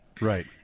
Right